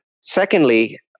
Secondly